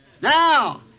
Now